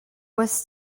was